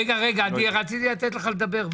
רגע, רגע, רציתי לתת לך לדבר.